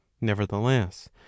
nevertheless